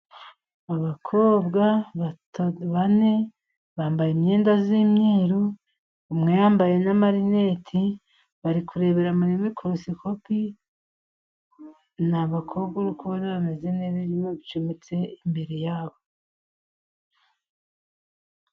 Abakobwa bane bambaye imyenda y'imyeru. Umwe yambaye n'amarineti, bari kurebera muri mikorosikopi ni abakobwa uri kubona bameze neza, ibyuma bicometse imbere yabo.